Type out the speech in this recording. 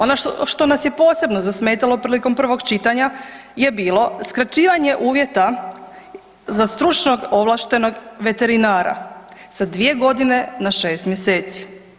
Ono što je nas je posebno zasmetalo prilikom prvog čitanja je bilo skraćivanje uvjeta za stručnog ovlaštenog veterinara, sa 2 g. na 6 mjeseci.